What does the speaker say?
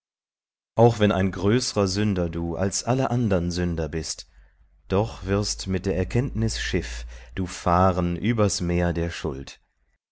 auch wenn ein größrer sünder du als alle andern sünder bist doch wirst mit der erkenntnis schiff du fahren über's meer der schuld